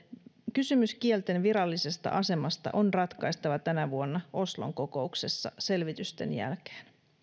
kysymys kielten virallisesta asemasta on ratkaistava tänä vuonna oslon kokouksessa selvitysten jälkeen